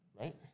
Right